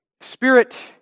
Spirit